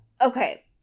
Okay